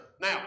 Now